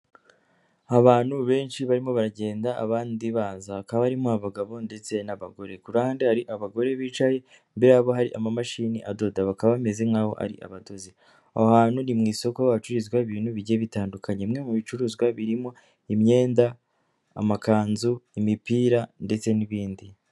Abantu benshi barimo baragenda abandi baza, hakaba barimo abagabo ndetse n'abagore, ku ruhande hari abagore bicaye, imbere yabo hari amamashini adoda, bakaba bameze nk'aho ari abadozi, aho hantu ni mu isoko, aho hacururizwa ibintu bigiye bitandukanye, bimwe mu bicuruzwa birimo imyenda, amakanzu, imipira ndetse n'ibindi.